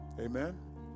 Amen